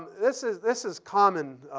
this is this is common.